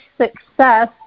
success